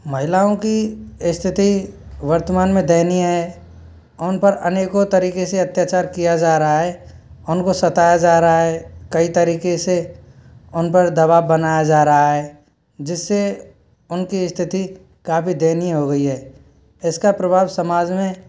महिलाओं की स्थिति वर्तमान में दयनीय है उन पर अनेकों तरीके से अत्याचार किया जा रहा है उनको सताया जा रहा है कई तरीके से उन पर दबाव बनाया जा रहा है जिससे उनकी स्थिति काफ़ी दयनीय हो गई है इसका प्रभाव समाज में